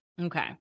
Okay